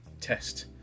test